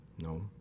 No